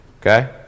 okay